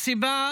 סיבה